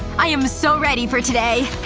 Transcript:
i am so ready for today.